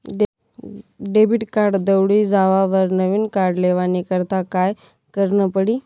Debit card दवडी जावावर नविन कार्ड लेवानी करता काय करनं पडी?